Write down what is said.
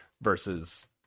versus